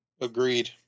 Agreed